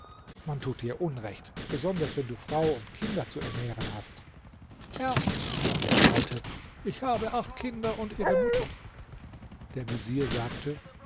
man tut dir unrecht besonders wenn du frau und kinder zu ernähren hast herr sprach der alte ich habe acht kinder und ihre mutter der vezier sagte